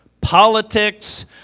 Politics